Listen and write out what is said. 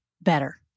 better